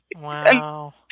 Wow